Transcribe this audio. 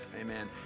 Amen